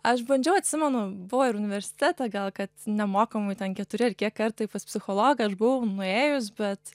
aš bandžiau atsimenu buvo ir universitete gal kad nemokamai ten keturi ar kiek kartai pas psichologą aš buvau nuėjus bet